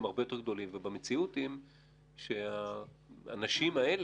מספר הפניות הרבה יותר גבוה ובמציאות הנשים האלה